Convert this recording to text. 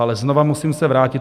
Ale znova musím se vrátit.